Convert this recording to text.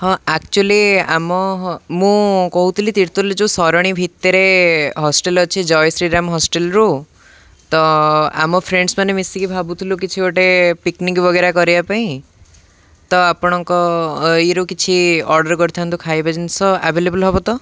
ହଁ ଆକ୍ଚୁଆଲି ଆମ ମୁଁ କହୁଥିଲି ତିର୍ତ୍ତୋଲ ଯେଉଁ ଶରଣୀ ଭିତେରେ ହଷ୍ଟେଲ୍ ଅଛି ଜୟ ଶ୍ରୀରାମ ହୋଷ୍ଟେଲ୍ରୁ ତ ଆମ ଫ୍ରେଣ୍ଡସ୍ ମାନେ ମିଶିକି ଭାବୁଥିଲୁ କିଛି ଗୋଟେ ପିକ୍ନିକ୍ ବଗେରା କରିବା ପାଇଁ ତ ଆପଣଙ୍କ ଇଏରୁ କିଛି ଅର୍ଡ଼ର୍ କରିଥାନ୍ତୁ ଖାଇବା ଜିନିଷ ଆଭେଲେବୁଲ୍ ହବ ତ